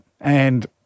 and-